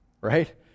right